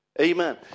amen